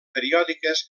periòdiques